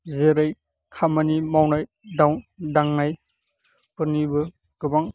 जेरै खामानि मावनाय दांनायफोरनिबो गोबां